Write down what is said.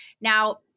Now